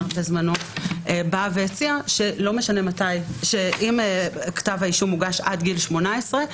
בזמנו באה והציעה שאם כתב האישום הוגש עד גיל 18,